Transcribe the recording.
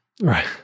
Right